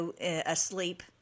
asleep